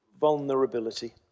vulnerability